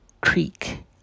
Creek